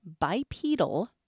bipedal